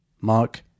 Mark